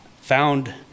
found